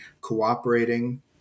cooperating